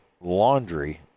laundry